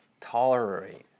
tolerate